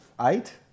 eight